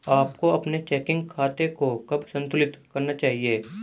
आपको अपने चेकिंग खाते को कब संतुलित करना चाहिए?